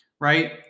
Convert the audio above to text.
right